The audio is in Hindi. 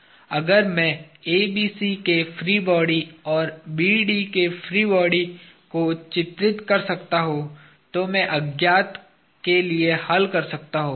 अब अगर मैं ABC के फ्री बॉडी और BD के फ्री बॉडी को चित्रित कर सकता हूं तो मैं अज्ञात को लिए हल कर सकता हूं